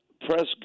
press